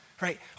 right